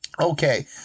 Okay